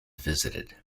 visited